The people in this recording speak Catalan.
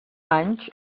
anys